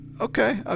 okay